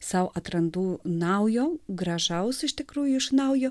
sau atrandu naujo gražaus iš tikrųjų iš naujo